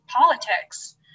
politics